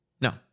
No